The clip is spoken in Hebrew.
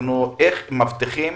איך מבטיחים